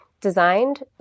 designed